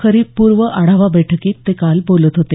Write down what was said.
खरीप पूर्व आढावा बैठकीत ते काल बोलत होते